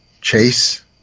Chase